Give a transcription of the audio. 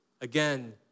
again